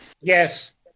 yes